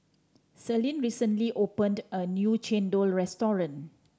Celine recently opened a new chendol restaurant